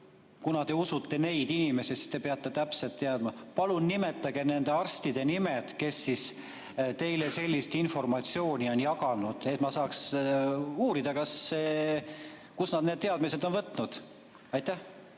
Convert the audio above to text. kui te usute neid inimesi, siis te peate täpselt teadma – nende arstide nimed, kes teile sellist informatsiooni on jaganud, et ma saaks uurida, kust nad need teadmised on võtnud. Aitäh!